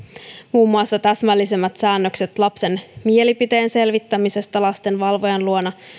muun muassa täsmällisemmät säännökset lapsen mielipiteen selvittämisestä lastenvalvojan luona